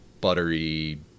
buttery